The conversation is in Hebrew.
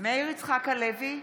מאיר יצחק הלוי,